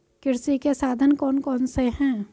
कृषि के साधन कौन कौन से हैं?